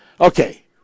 Okay